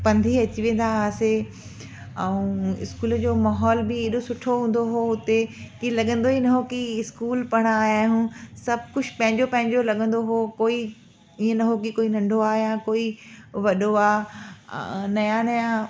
पंध ई अची वेंदा हुआसीं ऐं इस्कूल जो मोहौल बि हेॾो सुठो हूंदो हुओ उते की लॻंदो ई न हो की इस्कूल पढ़ण आया आहियूं सभ कुझु पंहिंजो पंहिंजो लॻंदो हुओ कोई इयं न हुओ की कोई नंढो आहे या कोई वॾो आहे नवां नवां